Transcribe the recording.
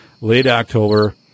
late-October